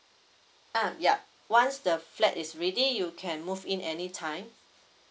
ah yup once the flat is ready you can move in any time